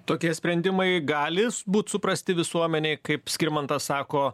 tokie sprendimai gali būt suprasti visuomenėj kaip skirmantas sako